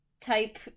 type